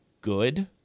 good